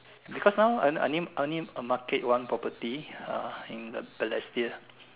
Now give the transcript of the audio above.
because now I only I only market only one property uh in the Balestier